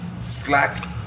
slack